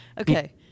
Okay